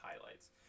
highlights